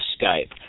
Skype